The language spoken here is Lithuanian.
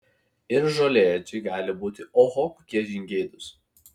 ir žolėdžiai gali būti oho kokie žingeidūs